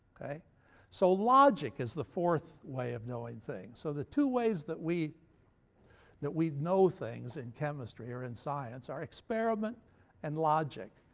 so logic is the fourth way of knowing things. so the two ways that we that we know things in chemistry, or in science, are experiment experiment and logic.